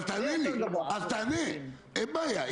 בסדר, אז תענה לי, אין בעיה.